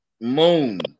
moon